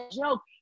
joke